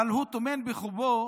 אבל הוא טומן בחובו